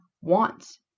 wants